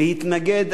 להתנגד.